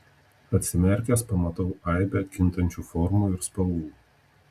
atsimerkęs pamatau aibę kintančių formų ir spalvų